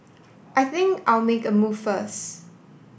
I think I'll make a move first